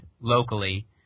locally